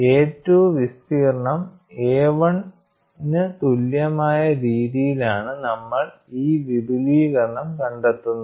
A 2 വിസ്തീർണ്ണം എ 1 ന് തുല്യമായ രീതിയിലാണ് നമ്മൾ ഈ വിപുലീകരണം കണ്ടെത്തുന്നത്